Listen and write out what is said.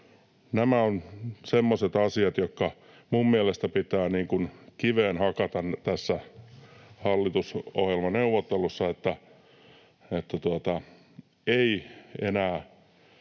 Nämä ovat semmoiset asiat, jotka mielestäni pitää kiveen hakata hallitusohjelmaneuvottelussa, niin että ei enää